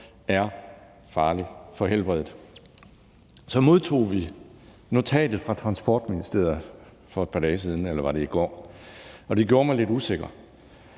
er farligt for helbredet. Så modtog vi notatet fra Transportministeriet for et par dage siden, eller var det i går, og det gjorde mig lidt usikker.